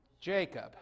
Jacob